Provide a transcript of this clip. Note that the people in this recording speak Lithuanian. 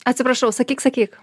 atsiprašau sakyk sakyk